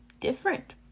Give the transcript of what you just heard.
different